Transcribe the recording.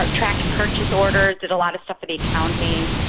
tracked purchase orders, did a lot of stuff for the accounting,